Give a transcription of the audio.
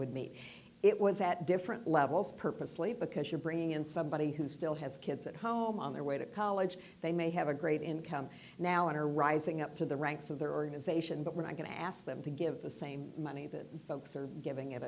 would meet it was at different levels purposely because you're bringing in somebody who still has kids at home on their way to college they may have a great income now and are rising up to the ranks of their organization but we're not going to ask them to give the same money that folks are giving it